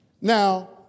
Now